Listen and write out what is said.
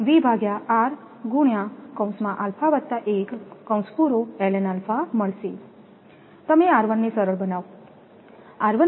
તમે 𝑟1 ને સરળ બનાવો